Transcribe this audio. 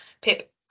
pip